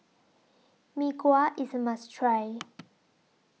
Mee Kuah IS A must Try